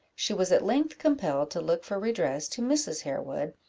she was at length compelled to look for redress to mrs. harewood,